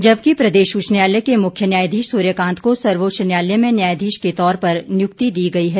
जबकि प्रदेश उच्च न्यायालय के मुख्य न्यायधीश सूर्यकांत को सर्वोच्च न्यायालय में न्यायाधीश के तौर पर नियुक्ति दी गई है